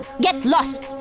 get lost!